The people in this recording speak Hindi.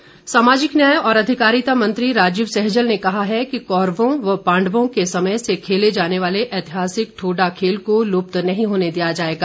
सैजल सामाजिक न्याय और अधिकारिता मंत्री राजीव सैजल ने कहा है कि कौरवों और पांडवों के समय से खेले जाने वाले ऐतिहासिक ठोड़ा खेल को लुप्त नहीं होने दिया जाएगा